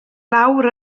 lawr